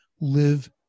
live